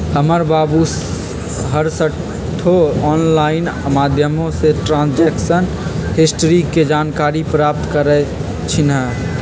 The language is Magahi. हमर बाबू हरसठ्ठो ऑनलाइन माध्यमें से ट्रांजैक्शन हिस्ट्री के जानकारी प्राप्त करइ छिन्ह